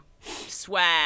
swear